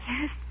Yes